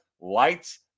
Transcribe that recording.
lights